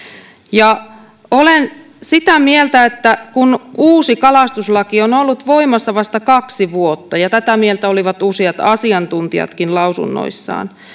olen sitä mieltä kun uusi kalastuslaki on on ollut voimassa vasta kaksi vuotta ja tätä mieltä olivat useat asiantuntijatkin lausunnoissaan että